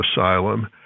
asylum